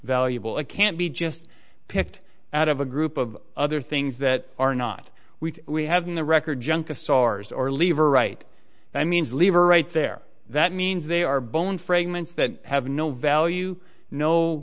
valuable it can't be just picked out of a group of other things that are not we we have in the record juncus ours or leave or right that means leave or right there that means they are bone fragments that have no value no